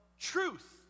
Truth